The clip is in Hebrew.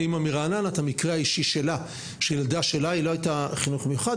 אם מרעננה את המקרה האישי שלה שהילדה שלה לא הייתה בחינוך המיוחד,